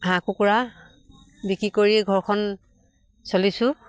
হাঁহ কুকুৰা বিক্ৰী কৰিয়ে ঘৰখন চলিছোঁ